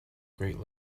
great